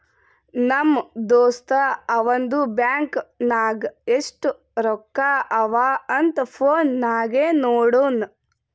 ನಮ್ ದೋಸ್ತ ಅವಂದು ಬ್ಯಾಂಕ್ ನಾಗ್ ಎಸ್ಟ್ ರೊಕ್ಕಾ ಅವಾ ಅಂತ್ ಫೋನ್ ನಾಗೆ ನೋಡುನ್